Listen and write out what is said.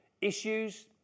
issues